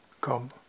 Come